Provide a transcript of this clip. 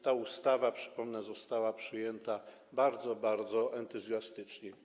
Ta ustawa, przypomnę, została przyjęta bardzo, bardzo entuzjastycznie.